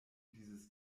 dieses